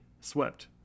swept